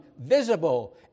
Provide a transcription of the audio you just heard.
visible